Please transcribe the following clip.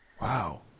Wow